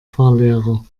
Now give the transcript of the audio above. fahrlehrer